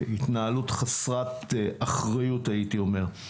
התנהלות חסרת אחריות הייתי אומר.